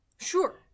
Sure